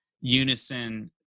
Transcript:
unison